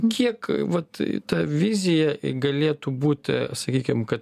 kiek vat ta vizija galėtų būti sakykim kad